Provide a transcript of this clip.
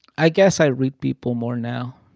i guess i read people more now.